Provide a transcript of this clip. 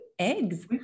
eggs